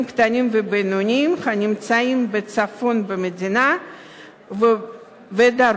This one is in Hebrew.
קטנים ובינוניים הנמצאים בצפון המדינה ובדרומה,